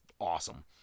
awesome